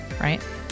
Right